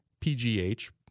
PGH